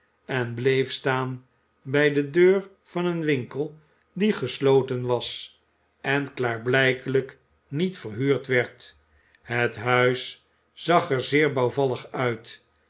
en bleef staan bij de deur van een winkel die gesloten was en klaarblijkelijk niet verhuurd werd het huis zag er zeer bouwvallig uit